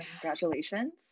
congratulations